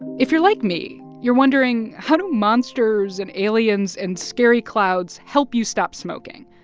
if you're like me, you're wondering how do monsters and aliens and scary clouds help you stop smoking?